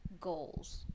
goals